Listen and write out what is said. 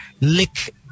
lick